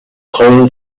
coal